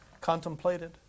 contemplated